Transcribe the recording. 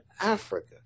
Africa